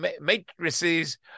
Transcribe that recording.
matrices